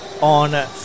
on